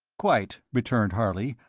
quite, returned harley.